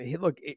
Look